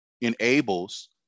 enables